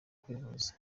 kwivuza